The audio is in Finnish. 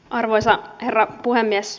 arvoisa herra puhemies